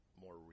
more